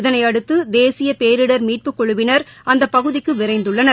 இதனையடுத்து தேசிய பேரிடர் மீட்புக்குழுவினர் அந்தப்பகுதிக்கு விரைந்துள்ளனர்